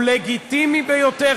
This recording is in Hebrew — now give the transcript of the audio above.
הוא לגיטימי ביותר,